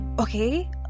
okay